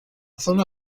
zona